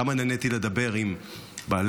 כמה נהניתי לדבר עם בעלך,